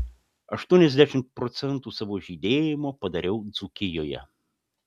aštuoniasdešimt procentų savo žydėjimo padariau dzūkijoje